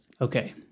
okay